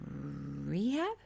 rehab